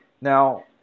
Now